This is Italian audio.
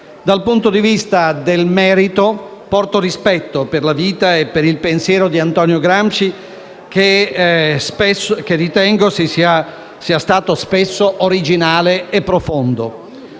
Dal punto di vista del merito, porto rispetto per la vita e il pensiero di Antonio Gramsci, che ritengo sia stato spesso originale e profondo,